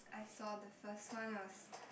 I saw the first one was